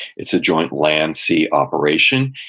it's a joint land-sea operation.